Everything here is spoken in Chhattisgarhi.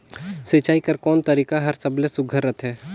सिंचाई कर कोन तरीका हर सबले सुघ्घर रथे?